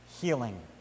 healing